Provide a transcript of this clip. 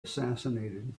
assassinated